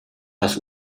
das